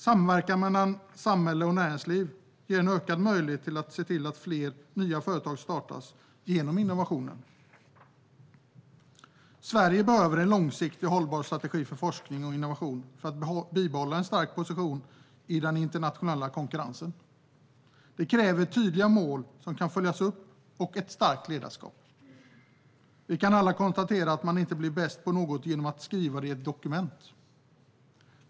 Samverkan mellan samhälle och näringsliv ger ökad möjlighet att se till att fler nya företag startas genom innovationer. Sverige behöver en långsiktigt hållbar strategi för forskning och innovation för att bibehålla en stark position i den internationella konkurrensen. Det kräver tydliga mål, som kan följas upp, och ett starkt ledarskap. Vi kan alla konstatera att man inte blir bäst på något genom att skriva det i ett dokument.